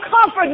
comfort